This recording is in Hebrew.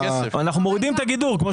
שאתה בעצמך אמרת, גדל למשל